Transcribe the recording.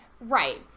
Right